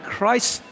Christ